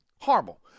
horrible